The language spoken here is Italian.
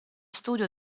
studio